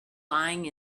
lying